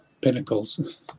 pinnacles